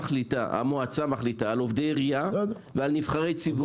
המועצה מחליטה על עובדי עירייה ועל נבחרי ציבור,